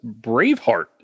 Braveheart